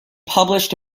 published